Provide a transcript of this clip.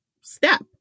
step